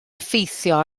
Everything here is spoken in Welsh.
effeithio